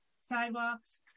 sidewalks